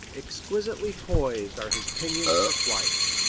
exquisitely poised are his pinions for flight,